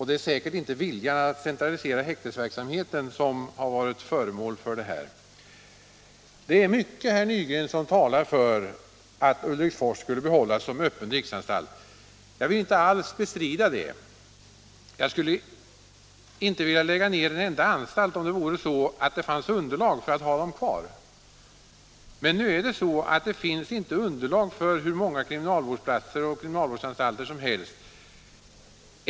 Det är säkert inte vilja - Nr 130 att centralisera häktesverksamheten som har varit motivet för detta. Torsdagen den Det är mycket, herr Nygren, som talar för att Ulriksfors skall behållas 12 maj 1977 som öppen riksanstalt. Jag vill inte alls bestrida det. Om det fanns un sn derlag för att ha anstalterna kvar skulle jag inte vilja lägga ned en enda — Anslag till kriminalav dem, men nu finns det inte underlag för hur många kriminalvårds — vården platser och hur många kriminalvårdsanstalter som helst.